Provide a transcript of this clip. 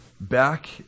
Back